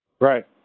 Right